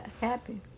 happy